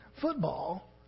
football